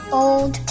old